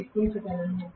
ను లెక్కించగలను